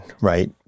right